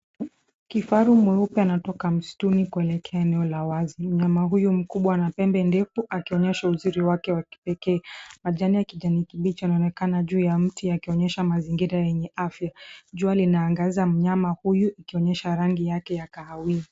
Kifaru nweupe anatoka msituni kwelekea eneo la wazi, mnyama huyo mkubwa ana pembe ndefu, akionyesha uzuri wake wakipeke. Majani ya Kijani kibichi yanaonekana juu ya mti, yakionyesha mazingira yenye afya. Jua linaangaza mnyama huyu, akionyesha rangi yake ya kahawia.